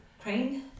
Crane